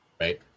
right